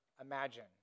imagine